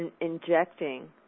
injecting